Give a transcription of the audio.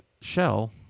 shell